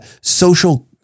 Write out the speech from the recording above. social